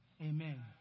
Amen